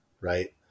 right